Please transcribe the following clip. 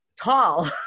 tall